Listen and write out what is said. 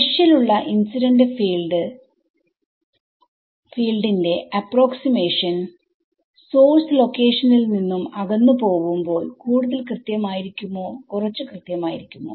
മെഷ്ൽ ഉള്ള ഇൻസിഡന്റ് ഫീൽഡ്ന്റെ അപ്രോക്സി മാഷൻസോഴ്സ് ലൊക്കേഷൻ ൽ നിന്നും അകന്ന് പോവുമ്പോൾ കൂടുതൽ കൃത്യം ആയിരിക്കുമോ കുറച്ചു കൃത്യം ആയിരിക്കുമോ